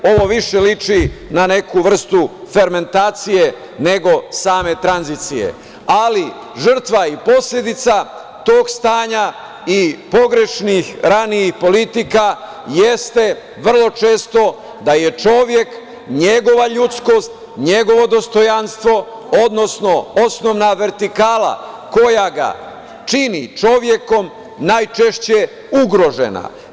Ovo više liči na neku vrstu fermentacije, nego same tranzicije, ali žrtva i posledica tog stanja i pogrešnih, ranijih politika jeste vrlo često da je čovek, njegova ljudskost, njegovo dostajnostvo, odnosno osnovna vertikala koja ga čini čovekom najčešće ugrožena.